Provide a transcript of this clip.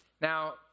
Now